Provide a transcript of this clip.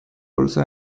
also